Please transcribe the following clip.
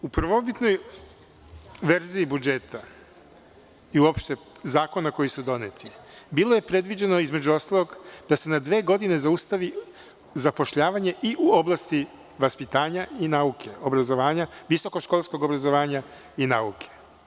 U prvobitnoj verziji budžeta i uopšte zakona koji su doneti bilo je predviđeno, između ostalog, da se na dve godine zaustavi zapošljavanje i u oblasti vaspitanja i nauke, obrazovanja, visoko školskog obrazovanja i nauke.